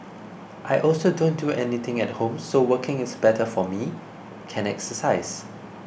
I also don't do anything at home so working is better for me can exercise